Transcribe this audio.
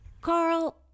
Carl